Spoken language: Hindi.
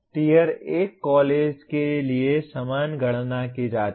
टियर 1 कॉलेज के लिए समान गणना की जाती है